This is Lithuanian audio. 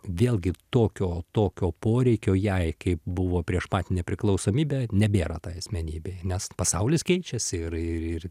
vėlgi tokio tokio poreikio jai kaip buvo prieš pat nepriklausomybę nebėra tai asmenybei nes pasaulis keičiasi ir ir ir